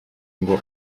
ngo